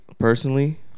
Personally